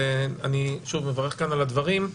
ואני שוב מברך כאן על הדברים.